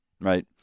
right